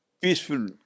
peaceful